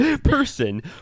person